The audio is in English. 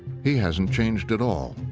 he hasn't changed at all.